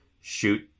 shoot